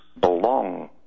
belong